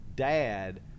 Dad